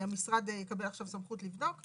המשרד יקבל עכשיו סמכות לבדוק.